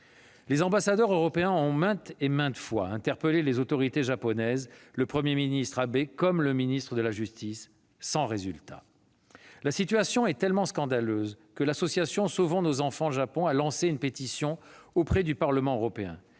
Les ambassadeurs européens ont maintes et maintes fois interpellé les autorités japonaises, le Premier ministre Abe comme le ministre de la justice, sans résultat. La situation est tellement scandaleuse que l'association Sauvons nos enfants Japon a lancé une pétition auprès du Parlement européen,